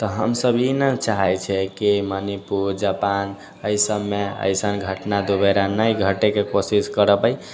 तऽ हमसब ई नहि चाहैत छिऐ कि मणिपुर जापान एहि सबमे अइसन घटना दुबारा नहि घटएके कोशिश करबै